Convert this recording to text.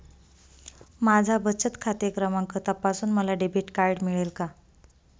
माझा बचत खाते क्रमांक तपासून मला डेबिट कार्ड मिळेल का?